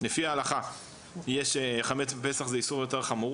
לפי ההלכה חמץ בפסח זה איסור יותר חמור